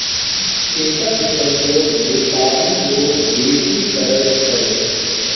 चेकक प्रयोग बेपारी लोक बेसी करैत छै